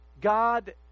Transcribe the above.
God